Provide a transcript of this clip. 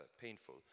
painful